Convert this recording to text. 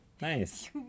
Nice